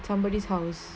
somebody's house